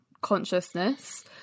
consciousness